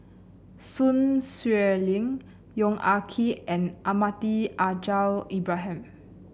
Sun Xueling Yong Ah Kee and Almahdi Al Haj Ibrahim